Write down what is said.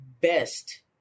best